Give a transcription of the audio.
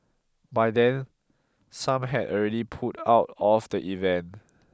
by then some had already pulled out of the event